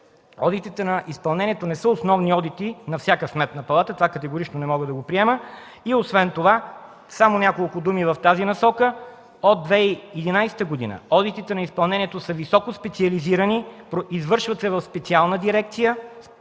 одитите на изпълнението не са основни одити на всяка сметна палата, това категорично не мога да го приема. Освен това само няколко думи в тази насока. От 2011 г. одитите на изпълнението са високоспециализирани, извършват се в специална дирекция,